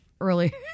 Early